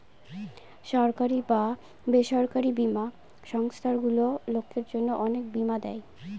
সরকারি বা বেসরকারি বীমা সংস্থারগুলো লোকের জন্য অনেক বীমা দেয়